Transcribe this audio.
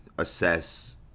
Assess